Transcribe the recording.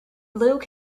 luke